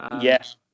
yes